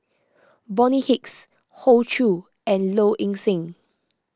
Bonny Hicks Hoey Choo and Low Ing Sing